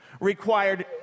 required